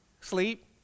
sleep